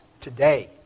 today